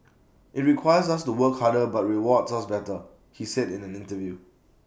IT requires us to work harder but rewards us better he said in an interview